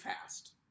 fast